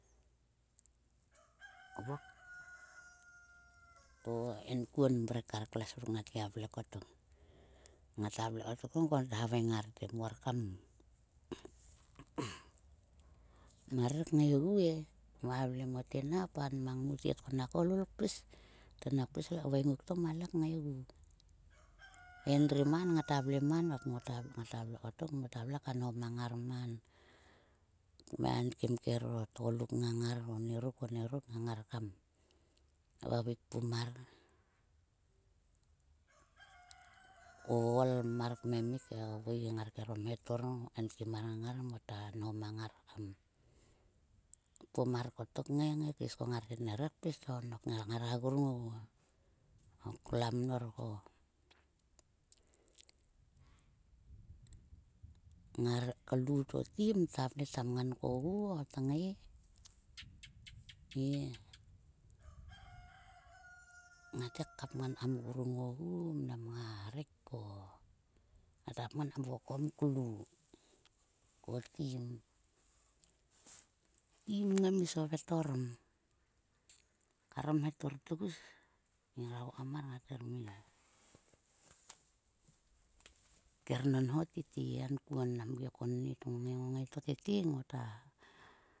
to enkuo mrek kar kles ngat gia vle kottok ngata vle kottok ku tnokol thaveing ngar te, muor kam marer kneigu e. "Muaka vle mote na kpaal mang mu tet ko nak koulol kpis, to nak pis le kveng nguk to muale kngaigu." he endri maan ngata vle maan. Kom kaenenkim kero tgoluk ngang ngar. Onieruk, onieruk ngang ngar kam vavekpum mar o ool mar kmemik, ovui ngar kero mhetor mot kainkim mar ngang ngar. Mota nho mang ngar kam kpom mar kottok kngai ngaikeis ko ngar tet nak ngai kpis to ngara grung ogu. O kloa mnor koklu to tim ta vle tam, ngan kogu o tngai. He ngat ngai kapngan kam grung ogu kim nga rek ko ta kapngan kam vokom klu ko tim-tim ngai mi sovet mi kernonho tete he enkuon nam gi konnit ngongei ngongei to tete ngota.